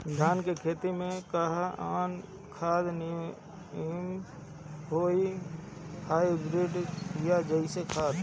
धान के खेती में कवन खाद नीमन होई हाइब्रिड या जैविक खाद?